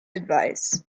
advice